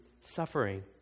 suffering